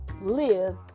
live